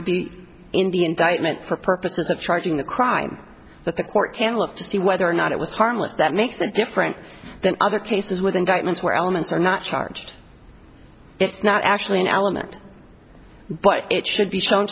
to be in the indictment for purposes of charging the crime that the court can look to see whether or not it was harmless that makes it different than other cases with indictments where elements are not charged it's not actually an element but it should be shown